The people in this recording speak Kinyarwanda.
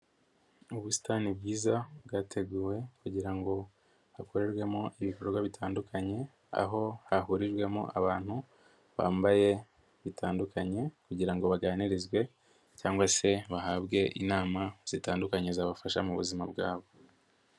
Ubusitani bwiza bwateguwe kugira ngo hakorerwemo ibikorwa bitandukanye, aho hahurijwemo abantu bambaye bitandukanye kugira ngo baganirizwe cyangwa se bahabwe inama zitandukanye zabafasha mu buzima bwabo.